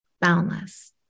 boundless